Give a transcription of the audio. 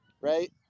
right